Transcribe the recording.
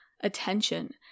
attention